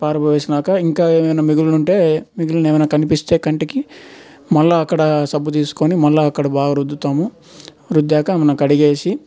పారబోసాక ఇంకా ఏమైనా మిగిలి ఉంటే మిగిలినవి ఏమైనా కనిపిస్తే కంటికి మళ్ళీ అక్కడ సబ్బు తీసుకొని మళ్ళీ అక్కడ బాగా రుద్దుతాము రుద్దాకా మనం కడిగేసి